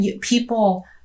people